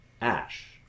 ash